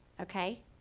okay